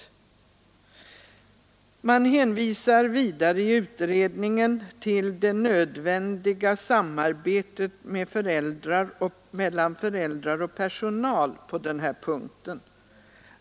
Utredningen hänvisar vidare till det nödvändiga samarbetet mellan föräldrar och personal på den här punkten.